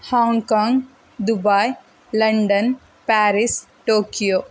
Hong Kong Dubai London Paris Tokyo